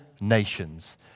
nations